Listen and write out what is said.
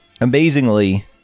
amazingly